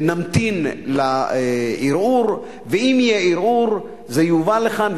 שנמתין לערעור, ואם יהיה ערעור, הוא יובא לכאן.